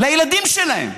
לילדים שלהם,